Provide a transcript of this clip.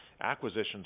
Acquisitions